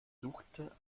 suchte